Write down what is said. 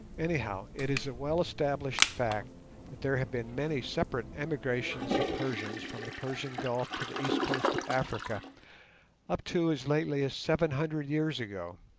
anyhow, it is a well-established fact that there have been many separate emigrations of persians from the persian gulf to the east coast of africa up to as lately as seven hundred years ago.